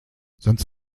sonst